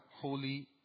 Holy